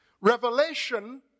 Revelation